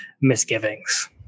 misgivings